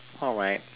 alright